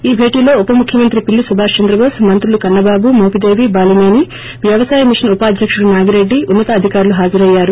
ఈ భేటీలో ఉప ముఖ్యమంత్రి పిల్లి సుభాష్ చంద్రబోస్ మంత్రులు కన్న బాబు మోవిదేవి బాలసేని వ్యవసాయ మిషన్ ఉపాధ్యకుడు నాగిరెడ్డి ఉన్నతాధికారులు హాజరయ్యారు